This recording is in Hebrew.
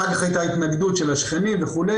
אחר-כך הייתה התנגדות של השכנים וכו',